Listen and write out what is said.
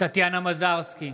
טטיאנה מזרסקי,